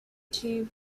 two